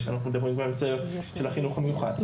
יש לנו גם סייעות של החינוך המיוחד,